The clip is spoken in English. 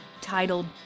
Titled